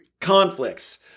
conflicts